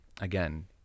again